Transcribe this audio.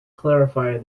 clarify